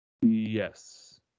Yes